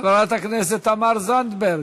חברת הכנסת תמר זנדברג,